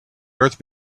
earth